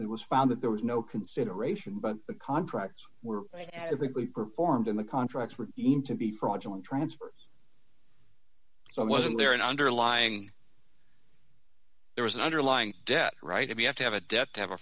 it was found that there was no consideration but the contracts were i think we performed in the contracts were even to be fraudulent transfers so i wasn't there an underlying there was an underlying debt right if you have to have a debt to have a